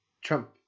Trump